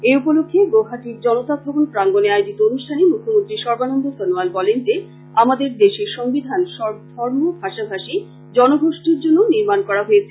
এই উপলক্ষে গৌহাটীর জনতা ভবন প্রাঙ্গনে আয়োজিত অনুষ্ঠানে মূখ্যমন্ত্রী সর্বানন্দ সনোয়াল বলেন যে আমাদের দেশের সংবিধান সব ধর্মভাষাভাষী জনগোষ্ঠীর জন্য নির্মান করা হয়েছে